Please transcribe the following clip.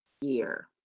year